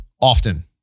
often